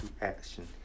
action